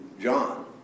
John